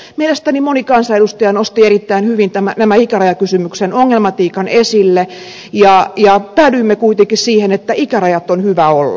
mielestäni moni kansanedustaja nosti erittäin hyvin tämän ikärajakysymyksen ongelmatiikan esille ja päädyimme kuitenkin siihen että ikärajat on hyvä olla